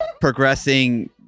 progressing